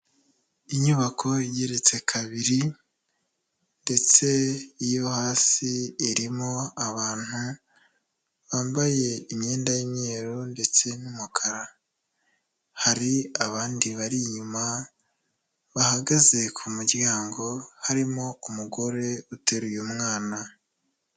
Inyubako igereretse kabiri ndetse iyo hasi irimo abantu bambaye imyenda y'imyeru ndetse n'umukara, hari abandi bari inyuma bahagaze ku muryango, harimo umugore uteruye mwana.